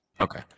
Okay